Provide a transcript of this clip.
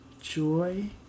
joy